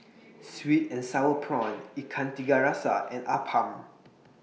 Sweet and Sour Prawns Ikan Tiga Rasa and Appam